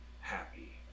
happy